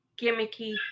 gimmicky